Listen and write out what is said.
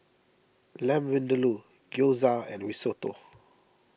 Lamb Vindaloo Gyoza and Risotto